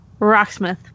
Rocksmith